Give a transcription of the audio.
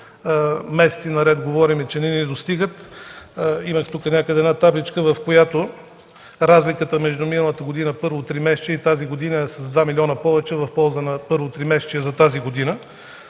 месеци наред говорим, че не ни достигат. Имах тука някъде една табличка, в която разликата между миналата година, първо тримесечие, и тази година е с 2 милиона повече в полза на първото тримесечие за тази година,